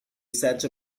sancho